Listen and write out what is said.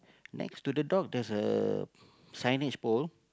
next to the dog there's a signage pole